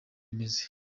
bimeze